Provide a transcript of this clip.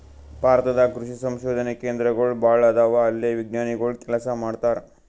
ಭಾರತ ದಾಗ್ ಕೃಷಿ ಸಂಶೋಧನೆ ಕೇಂದ್ರಗೋಳ್ ಭಾಳ್ ಅದಾವ ಅಲ್ಲೇ ವಿಜ್ಞಾನಿಗೊಳ್ ಕೆಲಸ ಮಾಡ್ತಾರ್